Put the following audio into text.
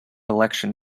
election